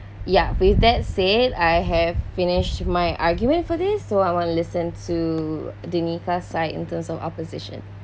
ya with that said I have finished my argument for this so I want to listen to danika side in terms of opposition